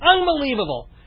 Unbelievable